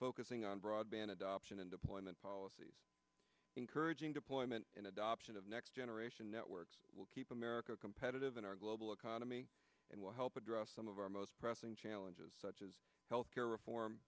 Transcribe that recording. focusing on broadband adoption and deployment policies encouraging deployment and adoption of next generation networks will keep america competitive in our global economy and will help address some of our most pressing challenges such as healthcare reform